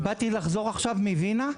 אני באתי לחזור עכשיו מווינה,